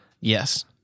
Yes